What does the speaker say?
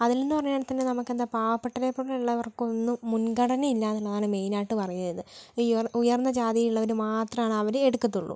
അതിൽ നിന്ന് പറയുവാണെങ്കിൽ തന്നെ നമുക്ക് എന്താ പാവപ്പെട്ടവരെ പോലുള്ളവർക്കൊന്നും മുൻഗണനയില്ല എന്നുള്ളതാണ് മെയിനായിട്ട് പറയുന്നത് ഈ ഉയർന്ന ഉയർന്ന ജാതിയിലുള്ളവർ മാത്രമാണ് അവർ എടുക്കത്തുള്ളൂ